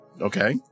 Okay